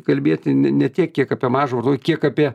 kalbėti ne ne tiek kiek apie mažą varto kiek apie